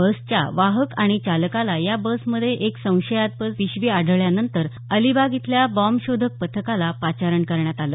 बसच्या वाहक आणि चालकाला या बसमध्ये एक संशयास्पद पिशवी आढळल्यानंतर अलिबाग इथल्या बाँम्ब शोधक पथकाला पाचारण करण्यात आलं